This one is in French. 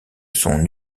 son